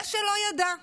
זה שלא ידע.